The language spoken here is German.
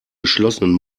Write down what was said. geschlossenen